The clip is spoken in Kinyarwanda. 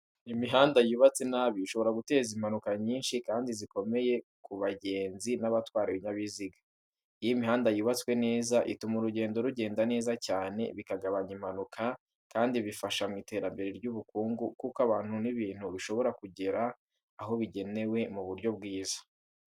Imihanda yubatse nabi ishobora guteza impanuka nyinshi kandi zikomeye ku bagenzi n'abatwara ibinyabiziga. Iyo imihanda yubatswe neza, ituma urugendo rugenda neza cyane, bikagabanya impanuka, kandi bifasha mu iterambere ry'ubukungu kuko abantu n'ibintu bishobora kugera aho bigenewe mu buryo bwiza.